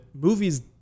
movies